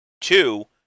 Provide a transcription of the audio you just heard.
Two